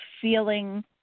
feeling